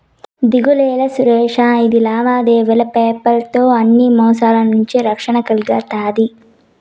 దిగులేలా సురేషా, ఇది లావాదేవీలు పేపాల్ తో అన్ని మోసాల నుంచి రక్షణ కల్గతాది